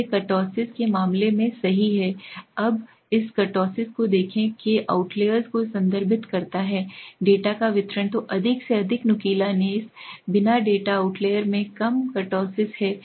ये कुर्तोसिस के मामले में सही हैं अब इस कुर्तोसिस को देखें के आउटलेर्स को संदर्भित करता है डेटा का वितरण तो अधिक से अधिक नुकीला नेसबिना डेटा आउटलेयर में कम कर्टोसिस है